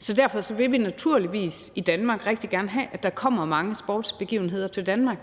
så derfor vil vi i Danmark naturligvis rigtig gerne have, at der kommer mange sportsbegivenheder til Danmark.